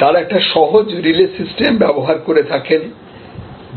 তারা একটি সহজ রিলে সিস্টেম ব্যবহার করে থাকেন